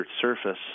surface